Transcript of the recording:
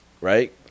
right